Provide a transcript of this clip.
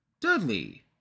Dudley